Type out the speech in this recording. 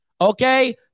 Okay